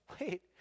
Wait